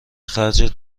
خرجت